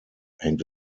hängt